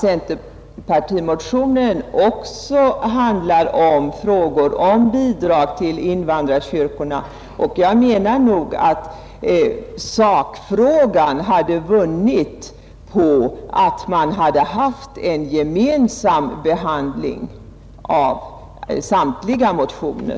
Centerpartimotionen tar ju också upp frågan om bidrag till invandrarkyrkorna, och denna fråga kommer alltså att behandlas av två olika utskott. Sakfrågan hade nog vunnit på en gemensam behandling av samtliga motioner.